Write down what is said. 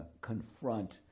confront